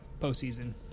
postseason